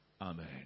Amen